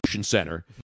Center